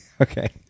Okay